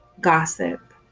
gossip